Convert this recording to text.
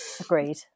agreed